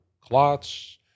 clots